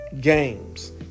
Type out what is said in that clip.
games